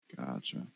Gotcha